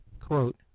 Quote